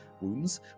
wounds